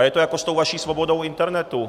A je to jako s tou vaší svobodou internetu.